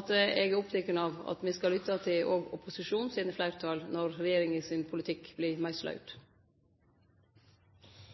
at eg er oppteken av at me òg skal lytte til opposisjonens fleirtal når regjeringas politikk